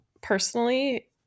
personally